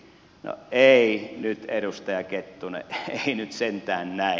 no ei nyt edustaja kettunen sentään näin